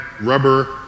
rubber